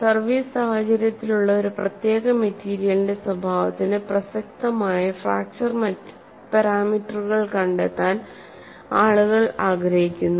service സാഹചര്യത്തിലുള്ള ഒരു പ്രത്യേക മെറ്റീരിയലിന്റെ സ്വഭാവത്തിന് പ്രസക്തമായ ഫ്രാക്ചർ പാരാമീറ്ററുകൾ കണ്ടെത്താൻ ആളുകൾ ആഗ്രഹിക്കുന്നു